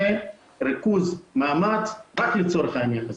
יהיה ריכוז מאמץ רק לצורך העניין הזה.